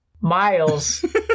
miles